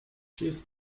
cheers